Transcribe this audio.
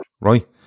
right